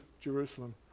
Jerusalem